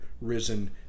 risen